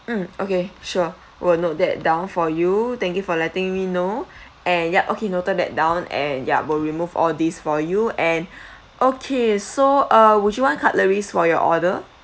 mm okay sure will note that down for you thank you for letting me know and yup okay noted that down and ya will remove all these for you and okay so uh would you want cutleries for your order